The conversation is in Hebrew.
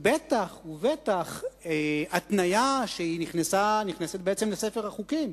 ובטח ובטח התניה שנכנסת לספר החוקים.